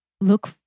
look